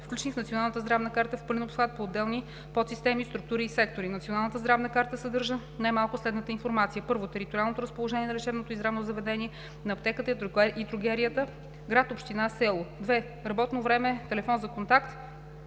включени в Националната здравна карта, в пълен обхват, по отделни подсистеми, структури и сектори. Националната здравна карта съдържа най-малко следната информация: 1. териториално разположение на лечебното и здравното заведение, на аптеката и дрогерията – град, община и село; 2. работно време; 3. телефон за контакт;